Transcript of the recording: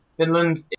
Finland